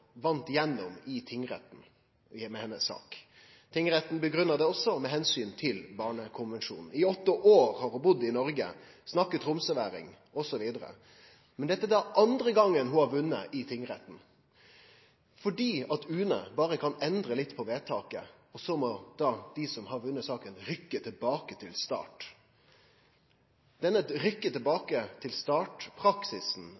vann gjennom i tingretten med saka si. Tingretten grunngav det også med omsyn til Barnekonvensjonen. I åtte år har ho budd i Noreg, ho snakkar tromsøværing, osv. Men dette er andre gongen ho har vunne i tingretten, fordi UNE berre kan endre litt på vedtaket, og så må dei som har vunne saka, rykkje tilbake til start. Denne rykkje-tilbake-til-start-praksisen har ein del uheldige konsekvensar, også i andre saksprosessar. Det er